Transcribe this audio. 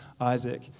Isaac